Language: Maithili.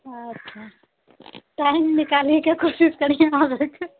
अच्छा टाइम निकाली कऽ कोशिश करिहे आबएके